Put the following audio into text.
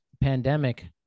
pandemic